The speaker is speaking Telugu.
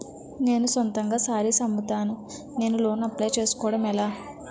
నేను సొంతంగా శారీస్ అమ్ముతాడ, నేను లోన్ అప్లయ్ చేసుకోవడం ఎలా?